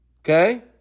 Okay